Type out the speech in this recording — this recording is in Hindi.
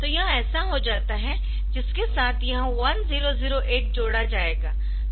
तो यह ऐसा हो जाता है जिसके साथ यह 1008 जोड़ा जाएगा